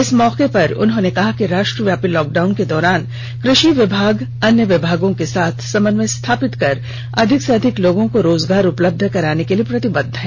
इस मौके पर उन्होंने कहा कि राष्ट्रव्यापी लॉक डाउन के दौरान कृषि विभाग अन्य विभागों के साथ समन्वय स्थापित कर अधिक से अधिक लोगों को रोजगार उपलब्ध कराने के लिए प्रतिबद्ध है